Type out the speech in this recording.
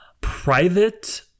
private